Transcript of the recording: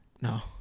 No